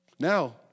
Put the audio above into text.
Now